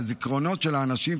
הזיכרונות של אנשים,